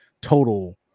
total